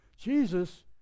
Jesus